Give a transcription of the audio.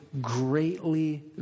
greatly